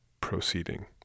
proceeding